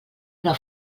una